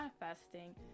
manifesting